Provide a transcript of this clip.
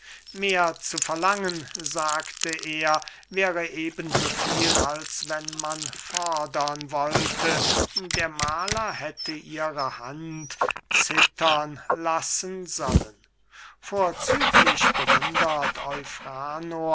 mehr zu verlangen sagte er wäre eben so viel als wenn man fordern wollte der mahler hätte ihre hand zittern lassen sollen vorzüglich bewundert